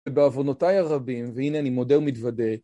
ובעונותיי הרבים, והנה אני מודה ומתוודה.